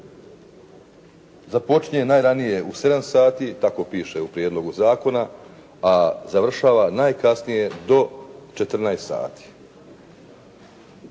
započinje najranije u 7,00 sati, tako piše u prijedlogu zakona, a završava najkasnije do 14,00 sati.